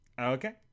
Okay